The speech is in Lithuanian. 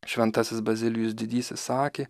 šventasis bazilijus didysis sakė